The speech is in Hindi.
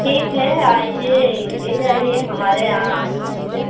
ठीक है आइए ले जाइए हमारे यहाँ से